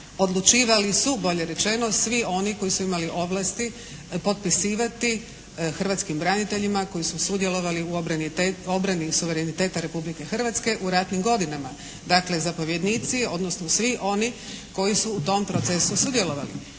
bolje rečeno svi oni koji su imali ovlasti potpisivati hrvatskim braniteljima koji su sudjelovali u obrani suvereniteta Republike Hrvatske u ratnim godinama, dakle zapovjednici odnosno svi oni koji su u tom procesu sudjelovali.